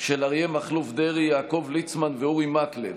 של אריה מכלוף דרעי, יעקב ליצמן ואורי מקלב,